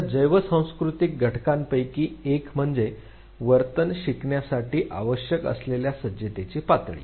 आता जैव सांस्कृतिक घटकांपैकी एक म्हणजे वर्तन शिकण्यासाठी आवश्यक असलेल्या सज्जतेची पातळी